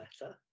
better